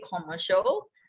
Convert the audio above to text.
commercial